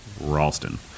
Ralston